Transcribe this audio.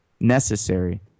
necessary